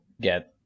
get